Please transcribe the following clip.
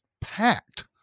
packed